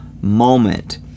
moment